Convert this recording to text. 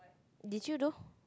did you do